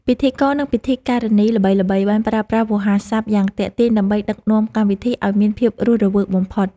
ពិធីករនិងពិធីការិនីល្បីៗបានប្រើប្រាស់វោហារស័ព្ទយ៉ាងទាក់ទាញ ដើម្បីដឹកនាំកម្មវិធីឱ្យមានភាពរស់រវើកបំផុត។